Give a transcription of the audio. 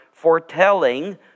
foretelling